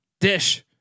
Dish